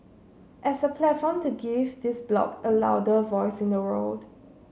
as a platform to give this bloc a louder voice in the world